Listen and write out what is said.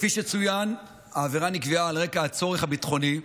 כפי שצוין, העבירה נקבעה על רקע הצורך הביטחוני,